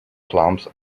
clumps